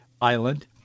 island